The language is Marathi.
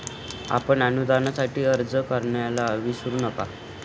आपण अनुदानासाठी अर्ज करायला विसरू नका